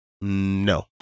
no